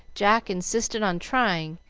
jack insisted on trying,